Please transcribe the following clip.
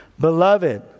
Beloved